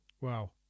Wow